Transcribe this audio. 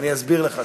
אני אסביר לך.